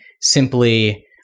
simply